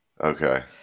Okay